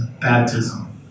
baptism